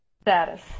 status